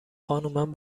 خانمم